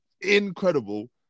incredible